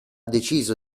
deciso